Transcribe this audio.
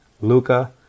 Luca